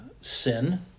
sin